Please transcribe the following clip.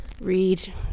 read